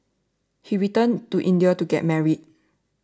he returned to India to get married